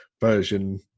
version